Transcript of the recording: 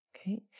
okay